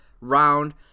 round